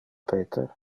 peter